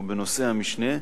או בנושאי המשנה,